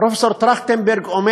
פרופסור טרכטנברג אומר